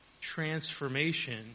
transformation